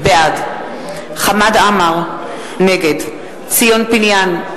בעד חמד עמאר, נגד ציון פיניאן,